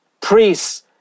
priests